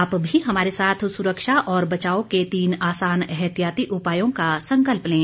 आप भी हमारे साथ सुरक्षा और बचाव के तीन आसान एहतियाती उपायों का संकल्प लें